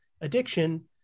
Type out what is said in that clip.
addiction